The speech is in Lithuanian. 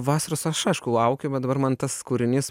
vasaros aš aišku laukiu bet dabar man tas kūrinys